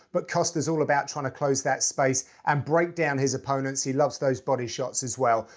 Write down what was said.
but costa's all about trying to close that space and break down his opponents. he loves those body shots as well.